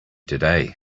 today